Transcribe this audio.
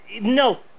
No